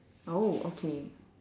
oh okay